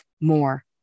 more